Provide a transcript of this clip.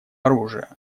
оружия